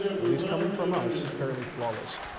at least coming from us, fairly flawless.